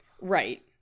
Right